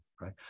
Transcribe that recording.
right